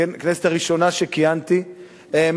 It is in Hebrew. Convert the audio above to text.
בכנסת הראשונה שכיהנתי בה.